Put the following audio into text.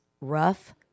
rough